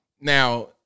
Now